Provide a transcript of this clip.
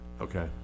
Okay